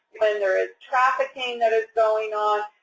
when there is trafficking that is going on,